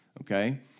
okay